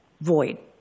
void